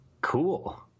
cool